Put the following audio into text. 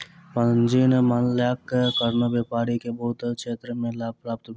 पूंजीक मूल्यक कारणेँ व्यापारी के बहुत क्षेत्र में लाभ प्राप्त भेल